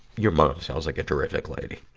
your mom sounds like a terrific lady.